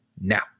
now